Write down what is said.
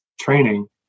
training